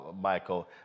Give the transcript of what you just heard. Michael